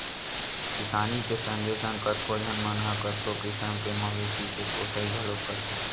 किसानी के संगे संग कतको झन मन ह कतको किसम के मवेशी के पोसई घलोक करथे